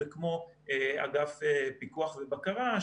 וכמו אגף פיקוח ובקרה,